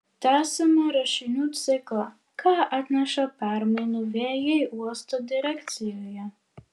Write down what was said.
tęsiame rašinių ciklą ką atneša permainų vėjai uosto direkcijoje